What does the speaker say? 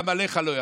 גם עליך לא יחמלו.